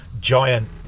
giant